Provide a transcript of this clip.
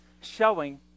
showing